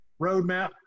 roadmap